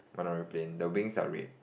one aeroplane the wings are red